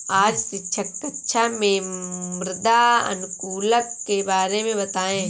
आज शिक्षक कक्षा में मृदा अनुकूलक के बारे में बताएं